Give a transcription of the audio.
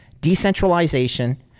decentralization